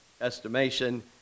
estimation